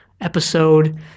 episode